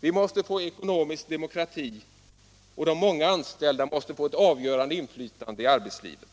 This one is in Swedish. Vi måste få ekonomisk demokrati, och de många anställda måste få ett avgörande inflytande i arbetslivet.